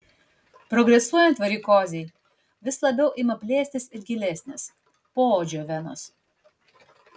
progresuojant varikozei vis labiau ima plėstis ir gilesnės poodžio venos